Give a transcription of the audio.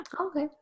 Okay